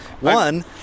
One